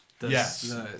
yes